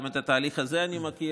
גם את התהליך הזה אני מכיר,